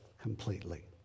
completely